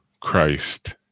Christ